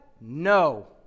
no